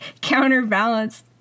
counterbalance